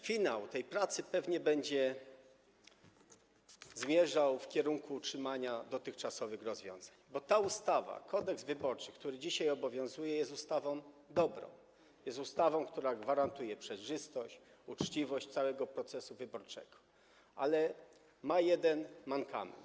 Finał tej pracy pewnie będzie zmierzał w kierunku utrzymania dotychczasowych rozwiązań, bo Kodeks wyborczy, który dzisiaj obowiązuje, jest ustawą dobrą, która gwarantuje przejrzystość, uczciwość całego procesu wyborczego, ale ma jeden mankament.